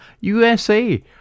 USA